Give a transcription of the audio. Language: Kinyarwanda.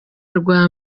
rwa